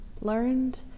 learned